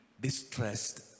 distressed